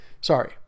Sorry